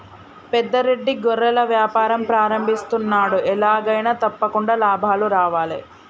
పెద్ద రెడ్డి గొర్రెల వ్యాపారం ప్రారంభిస్తున్నాడు, ఎలాగైనా తప్పకుండా లాభాలు రావాలే